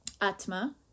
atma